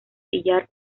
sillar